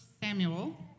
Samuel